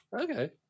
Okay